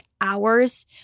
hours